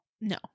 No